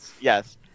yes